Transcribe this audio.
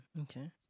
okay